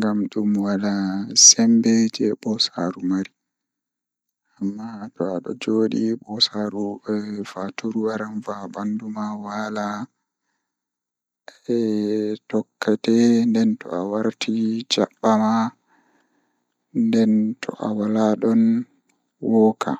Kadi ɓe njifti ko ɗum ngoodi ɗum. ɓe njifti ko tawii e ndiyam ko ndiyam ko njangol. Kadi ɓe njifti ko ndiyam ko njangol ngal haygo